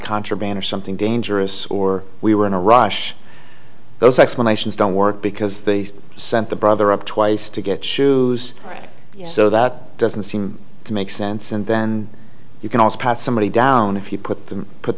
contraband or something dangerous or we were in a rush those explanations don't work because they sent the brother up twice to get shoes right so that doesn't seem to make sense and then you can also pass somebody down if you put them put